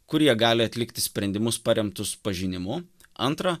kur jie gali atlikti sprendimus paremtus pažinimu antra